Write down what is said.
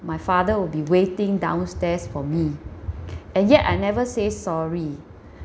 my father will be waiting downstairs for me and yet I never say sorry